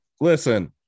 listen